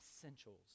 essentials